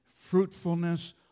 fruitfulness